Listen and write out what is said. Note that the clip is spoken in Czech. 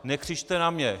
Nekřičte na mě.